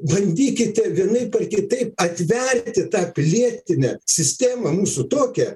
bandykite vienaip ar kitaip atverti tą pilietinę sistemą mūsų tokią